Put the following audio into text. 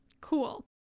cool